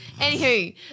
Anywho